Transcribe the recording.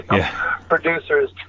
producers